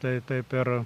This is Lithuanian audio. tai taip ir